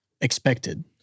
expected